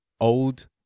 old